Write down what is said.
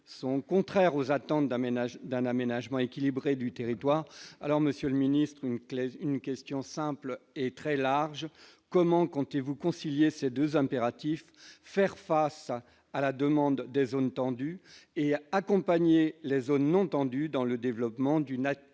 sont contraires aux attentes d'aménagement d'un aménagement équilibré du territoire, alors Monsieur le Ministre, une clé une question simple et très large, comment comptez-vous concilier ces 2 impératifs : faire face à la demande des zones tendues et accompagner les zones tendues dans le développement d'une attractivité